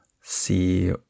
see